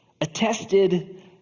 attested